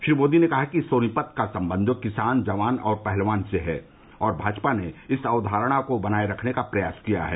श्री मोदी ने कहा कि सोनीपत का सम्बन्ध किसान जवान और पहलवान से है और भाजपा ने इस अक्वारणा को बनाये रखने का प्रयास किया है